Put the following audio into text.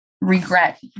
regret